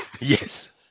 Yes